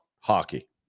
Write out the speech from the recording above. hockey